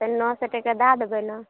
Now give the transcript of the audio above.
तऽ नओ सए टके दय देबै ने